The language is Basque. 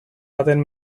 baten